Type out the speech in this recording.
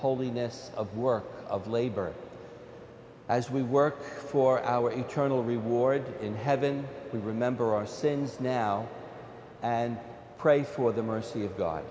holiness of work of labor as we work for our eternal reward in heaven we remember our sins now and pray for the mercy of god